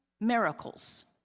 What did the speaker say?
miracles